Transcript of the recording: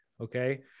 Okay